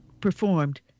performed